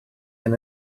hyn